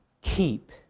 keep